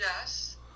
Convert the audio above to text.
Yes